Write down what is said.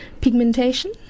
Pigmentation